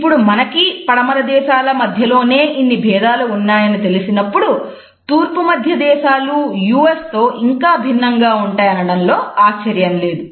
ఇప్పుడు మనకి పడమర దేశాల మధ్యలోనే ఇన్ని భేదాలు ఉన్నాయని తెలిసినప్పుడు తూర్పుమధ్య దేశాలు తో ఇంకా భిన్నంగా ఉంటాయి అనడంలో ఆశ్చర్యం లేదు